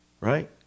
right